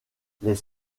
les